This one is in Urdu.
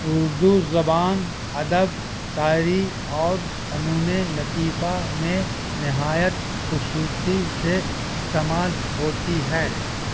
اردو زبان ادب شاعری اور فنون لطیفہ میں نہایت خوبصورتی سے استعمال ہوتی ہے